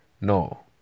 no